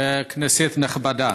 כנסת נכבדה,